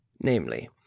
namely